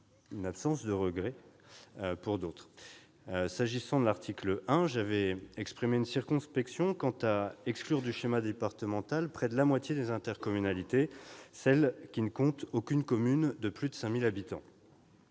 je suis d'accord avec d'autres. S'agissant de l'article 1, j'avais exprimé ma circonspection quant à exclure du schéma départemental près de la moitié des intercommunalités, celles qui ne comptent aucune commune de plus de 5 000 habitants.